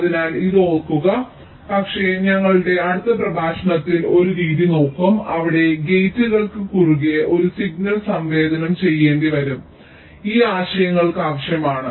അതിനാൽ ഇത് ഓർക്കുക പക്ഷേ ഞങ്ങളുടെ അടുത്ത പ്രഭാഷണത്തിൽ ഞങ്ങൾ ഒരു രീതി നോക്കും അവിടെ ഗേറ്റുകൾക്ക് കുറുകെ ഒരു സിഗ്നൽ സംവേദനം ചെയ്യേണ്ടിവരും ഞങ്ങൾക്ക് ഈ ആശയങ്ങൾ ആവശ്യമാണ്